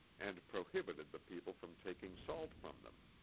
and prohibited the people from taking salt from them.